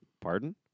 Pardon